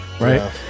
Right